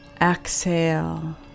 Exhale